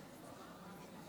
התשפ"ג 2023, של חבר הכנסת ינון